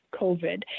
COVID